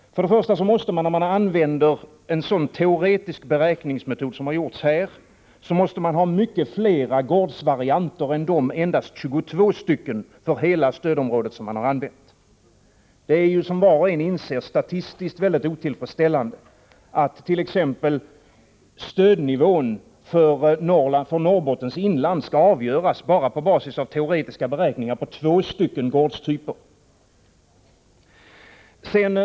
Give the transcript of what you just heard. Man måste när man använder en sådan teoretisk beräkningsmetod som man här har gjort ha avsevärt flera gårdsvarianter än de endast 22 stycken för hela stödområdet som man har använt. Det är, som var och en inser, statistiskt mycket otillfredsställande att stödnivån för t.ex. Norrlands inland skall avgöras på basis av teoretiska beräkningar på bara två stycken gårdstyper.